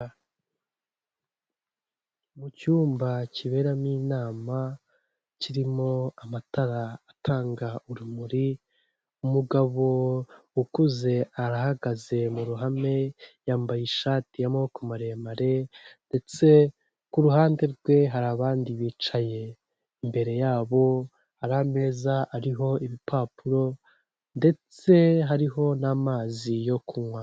Mu cyumba kiberamo inama kirimo amatara atanga urumuri, umugabo ukuze arahagaze mu ruhame yambaye ishati y'amaboko maremare ndetse ku ruhande rwe hari abandi bicaye, imbere yabo hari ameza ariho ibipapuro ndetse hariho n'amazi yo kunywa.